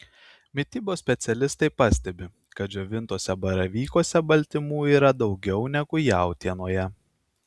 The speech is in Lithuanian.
mitybos specialistai pastebi kad džiovintuose baravykuose baltymų yra daugiau negu jautienoje